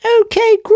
Okay